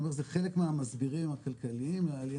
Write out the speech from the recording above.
אני אומר שזה חלק מהמסבירים הכלכליים לעליה